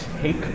take